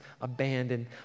abandoned